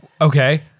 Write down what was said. Okay